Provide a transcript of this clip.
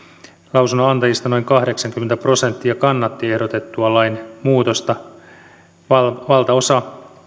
lausunnonantajista noin kahdeksankymmentä prosenttia kannatti ehdotettua lain muutosta valtaosa